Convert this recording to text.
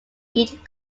each